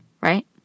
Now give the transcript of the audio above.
Right